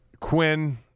Quinn